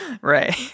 Right